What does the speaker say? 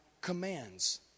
commands